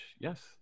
yes